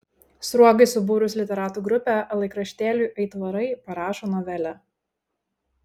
sruogai subūrus literatų grupę laikraštėliui aitvarai parašo novelę